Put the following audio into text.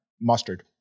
mustard